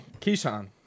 Keyshawn